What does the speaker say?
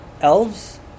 elves